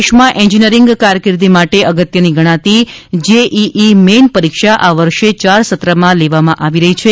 દેશમાં એન્જિનિયરિંગ કારકિર્દી માટે અગત્યની ગણાતી જેઇઇ મેઈન પરીક્ષા આ વર્ષે ચાર સત્રમાં લેવામાં આવી રહી છે